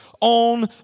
on